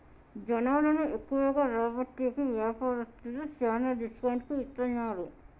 జనాలను ఎక్కువగా రాబట్టేకి వ్యాపారస్తులు శ్యానా డిస్కౌంట్ కి ఇత్తన్నారు